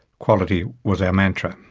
quality was our mantra.